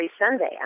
Sunday